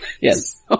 Yes